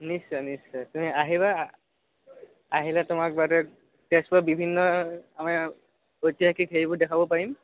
নিশ্চয় নিশ্চয় তুমি আহিবা আহিলে তোমাক বাৰুতে তেজপুৰৰ বিভিন্ন আমাৰ ঐতিহাসিক হেৰিবোৰ দেখাব পাৰিম